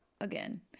Again